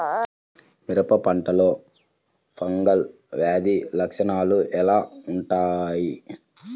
మిరప పంటలో ఫంగల్ వ్యాధి లక్షణాలు ఎలా వుంటాయి?